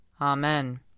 Amen